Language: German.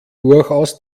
durchaus